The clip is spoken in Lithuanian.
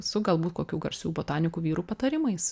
su galbūt kokių garsių botanikų vyrų patarimais